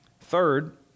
Third